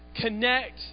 connect